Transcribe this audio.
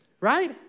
Right